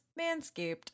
Manscaped